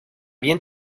bien